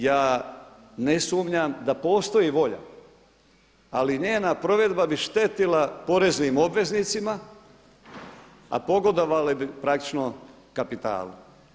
Ja ne sumnjam da postoji volja ali njena provedba bi štetila poreznim obveznicima a pogodovale bi praktično kapitalu.